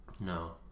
No